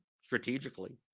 strategically